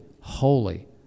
holy